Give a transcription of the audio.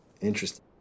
Interesting